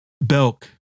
Belk